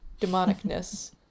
demonicness